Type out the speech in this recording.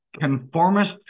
Conformist